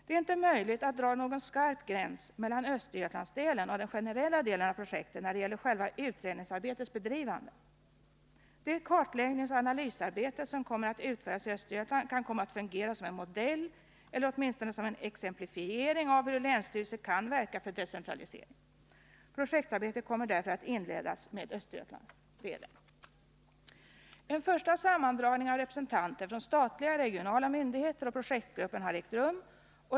Det är inte möjligt att dra någon skarp gräns mellan Östergötlandsdelen och den generella delen av projektet när det gäller själva utredningsarbetets bedrivande. Det kartläggningsoch analysarbete som kommer att utföras i Östergötland kan komma att fungera som en modell för, eller åtminstone som en exemplifiering av, hur länsstyrelser kan verka för decentralisering. Projektarbetet kommer därför att inledas med Östergötlandsdelen. En första sammandragning av representanter från statliga regionala myndigheter och projektgruppen har ägt rum.